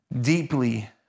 deeply